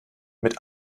mit